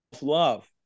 love